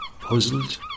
Puzzled